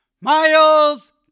Miles